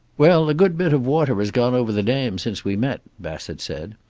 well, a good bit of water has gone over the dam since we met, bassett said.